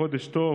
חודש טוב,